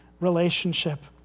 relationship